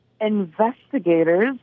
Investigators